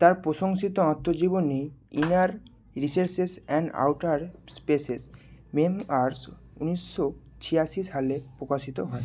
তাঁর প্রশংসিত আত্মজীবনী Inner Recesses and Outer Spaces Memoirs ঊনিশশো ছিয়াশি সালে প্রকাশিত হয়